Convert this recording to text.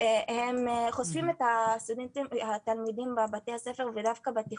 והם חושפים את התלמידים בבתי הספר ודווקא בתיכון.